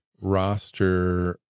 roster